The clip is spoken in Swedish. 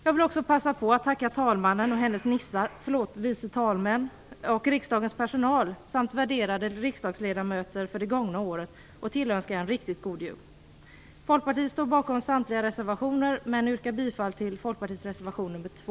Jag vill också passa på att tacka talmannen och hennes nissar, förlåt, vice talmän, riksdagens personal samt värderade riksdagsledamöter för det gångna året och tillönska en riktigt god jul. Jag står bakom samtliga Folkpartiets reservationer men jag yrkar bifall bara till reservation nr 2.